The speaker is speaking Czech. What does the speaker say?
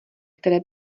které